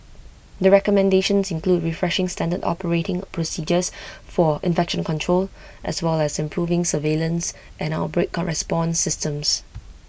the recommendations include refreshing standard operating procedures for infection control as well as improving surveillance and outbreak response systems